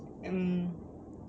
um